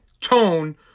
tone